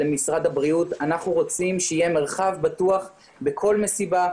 למשרד הבריאות אבל אנחנו רוצים שיהיה מרחב בטוח לכל מסיבה.